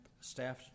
staff